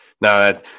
no